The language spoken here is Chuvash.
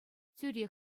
тӳрех